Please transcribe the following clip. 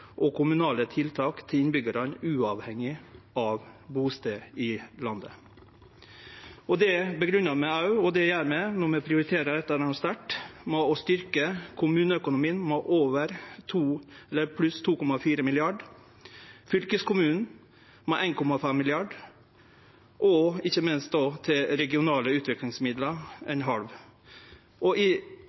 og kommunale tiltak til innbyggjarane, uavhengig av staden ein bur i landet. Det grunngjev vi òg, og det gjer vi når vi prioriterer dette sterkt med å styrkje kommuneøkonomien med pluss 2,4 mrd. kr, fylkeskommunen med 1,5 mrd. kr – og ikkje minst 0,5 mrd. kr til regionale